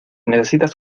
necesitas